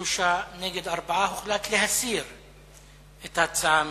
3, נגד, 4. הוחלט להסיר את ההצעות מסדר-היום.